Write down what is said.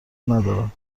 ندارن